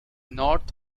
north